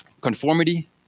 conformity